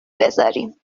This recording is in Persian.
بذاریم